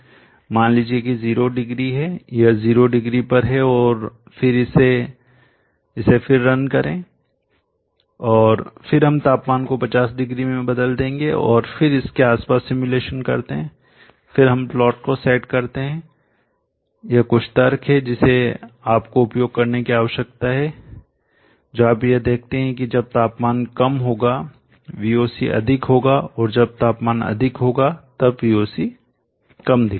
मान लीजिए कि जीरो डिग्री है यह जीरो डिग्री पर है और इसे फिर रन करें और फिर हम तापमान को 50 डिग्री में बदल देंगे और फिर उसके आसपास सिमुलेशन करते हैं फिर हम प्लॉट को सेट करते हैं यह कुछ तर्क है जिसे आपको उपयोग करने की आवश्यकता है जो आप यह देखते हैं कि जब तापमान कम होगा Voc अधिक होगा और जब तापमान अधिक होगा तब Voc कम दिखाई देगा